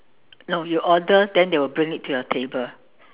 no you order then they will bring it to your table